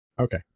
Okay